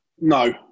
No